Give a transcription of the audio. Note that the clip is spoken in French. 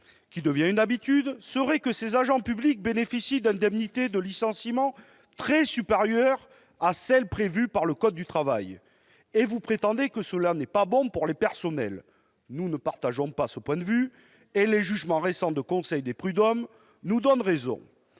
qui devient une habitude -consiste à dire que ces agents publics bénéficient d'indemnités de licenciement très supérieures à celles qui sont prévues par le code du travail. Vous prétendez que cela n'est pas bon pour les personnels. Nous ne partageons pas ce point de vue et les jugements récents de conseils de prud'hommes nous donnent raison.